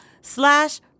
slash